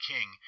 King